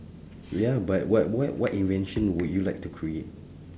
ya but what what what invention would you like to create